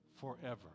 forever